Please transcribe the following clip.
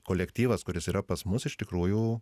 kolektyvas kuris yra pas mus iš tikrųjų